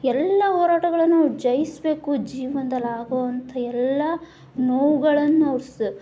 ಎಲ್ಲಾ ಹೋರಾಟಗಳನ್ನು ಅವರು ಜಯಿಸಬೇಕು ಜೀವನದಲ್ಲಾಗೋಂಥ ಎಲ್ಲಾ ನೋವುಗಳನ್ನು ಅವರು ಸ